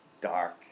dark